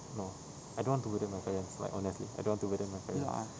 no I don't want to burden my parents like honestly I don't want to burden my parents